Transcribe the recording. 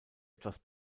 etwas